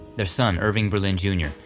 their son irving berlin jr.